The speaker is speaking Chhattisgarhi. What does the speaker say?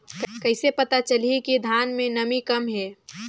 कइसे पता चलही कि धान मे नमी कम हे?